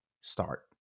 start